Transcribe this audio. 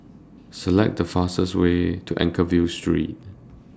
Select The fastest Way to Anchorvale Street